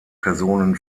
personen